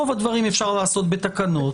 את רוב הדברים אפשר לעשות בתקנות.